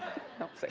don't say